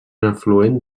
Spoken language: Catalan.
afluent